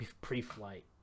pre-flight